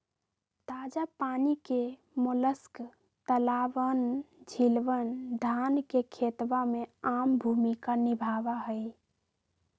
ताजा पानी के मोलस्क तालाबअन, झीलवन, धान के खेतवा में आम भूमिका निभावा हई